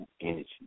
energy